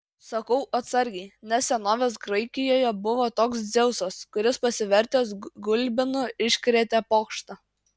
sakau atsargiai nes senovės graikijoje buvo toks dzeusas kuris pasivertęs gulbinu iškrėtė pokštą